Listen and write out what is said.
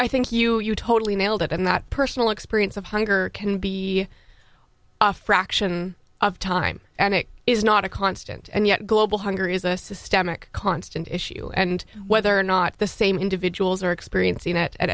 i think you you totally nailed it and that personal experience of hunger can be a fraction of time and it is not a constant and yet global hunger is a systemic constant issue and whether or not the same individuals are experiencing it at